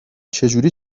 چجوری